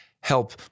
help